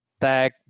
tag